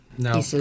No